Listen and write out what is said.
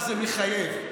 חברת הכנסת דבי ביטון.